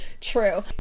True